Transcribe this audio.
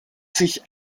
sich